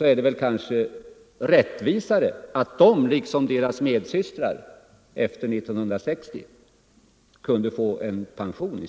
vore det väl rättvist om de — liksom de som blivit änkor efter den 1 juli 1960 — kunde få det utbytt mot pension.